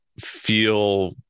feel